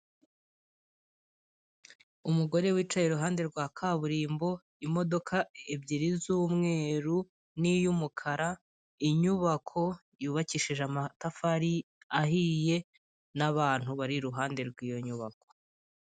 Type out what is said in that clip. Umugore wicaye iruhande rwa kaburimbo, imodoka ebyiri z'umweru niy'umukara, inyubako yubakishije amatafari ahiye n'abantu bari iruhande rw'iyo nyubako.